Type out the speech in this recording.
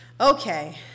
Okay